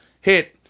hit